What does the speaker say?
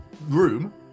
room